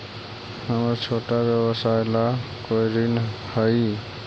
हमर छोटा व्यवसाय ला कोई ऋण हई?